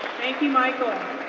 thank you, michael.